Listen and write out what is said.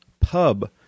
pub